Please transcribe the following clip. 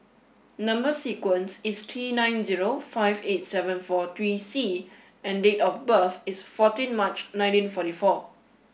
number sequence is T nine zero five eight seven four three C and date of birth is fourteen March nineteen forty four